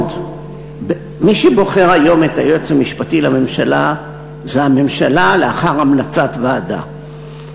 מי שבוחר היום את היועץ המשפטי לממשלה זה הממשלה לאחר המלצת ועדה.